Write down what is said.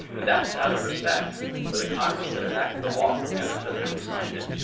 and that was out of respect for the congress that enacted the law and the president who signed it,